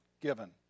given